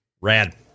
Rad